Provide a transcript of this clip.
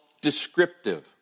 descriptive